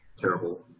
terrible